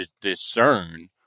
discern